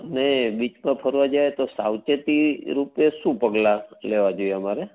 અને બીચમાં ફરવા જઈએ તો સાવચેતીરૂપે શું પગલાં લેવા જોઈએ અમારે